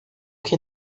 que